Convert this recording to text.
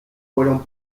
fueron